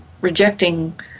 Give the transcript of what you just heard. rejecting